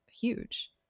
huge